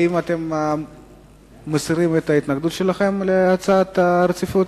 האם אתם מסירים את ההתנגדות שלכם להצעת הרציפות?